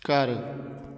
ਘਰ